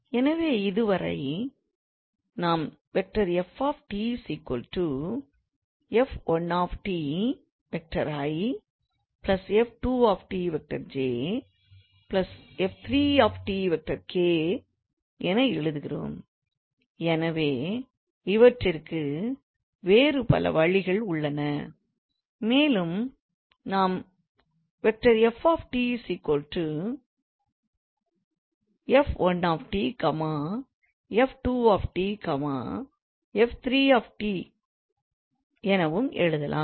எனவே இதுவரை நாம் 𝑓⃗𝑡 𝑓1𝑡𝑖̂ 𝑓2𝑡𝑗̂ 𝑓3𝑡𝑘̂ என எழுதுகிறோம் எனவே இவற்றிற்கு வேறு பல வழிகள் உள்ளன மேலும் நாம் 𝑓⃗𝑡 𝑓1𝑡 𝑓2𝑡 𝑓3𝑡 எனவும் எழுதலாம்